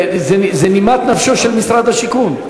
זו נימת נפשו של משרד השיכון.